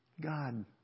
God